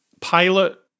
pilot